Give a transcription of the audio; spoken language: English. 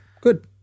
Good